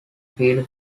feeder